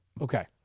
Okay